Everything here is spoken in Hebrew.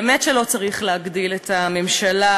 באמת שלא צריך להגדיל את הממשלה,